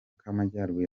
k’amajyaruguru